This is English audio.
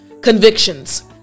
convictions